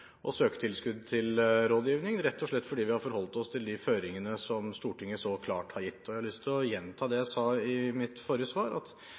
tilskudd til rådgivning, rett og slett fordi vi har forholdt oss til de føringene som Stortinget så klart har gitt. Jeg har lyst til å gjenta det jeg sa i mitt forrige svar, at